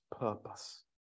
purpose